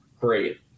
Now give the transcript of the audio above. great